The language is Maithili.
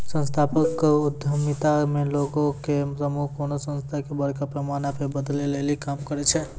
संस्थागत उद्यमिता मे लोगो के समूह कोनो संस्था के बड़का पैमाना पे बदलै लेली काम करै छै